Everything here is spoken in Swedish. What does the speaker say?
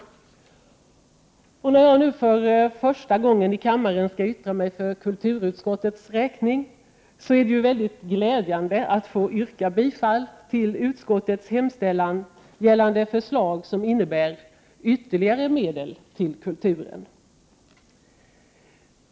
När jag nu för första gången i kammaren skall yttra mig för kulturutskottets räkning är det mycket glädjande att kunna yrka bifall till utskottets hemställan gällande förslag som innebär ytterligare medel till kulturen.